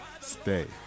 stay